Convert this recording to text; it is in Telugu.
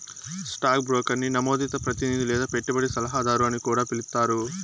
స్టాక్ బ్రోకర్ని నమోదిత ప్రతినిది లేదా పెట్టుబడి సలహాదారు అని కూడా పిలిస్తారు